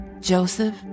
Joseph